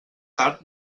tard